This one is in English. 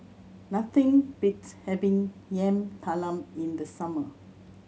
nothing beats having Yam Talam in the summer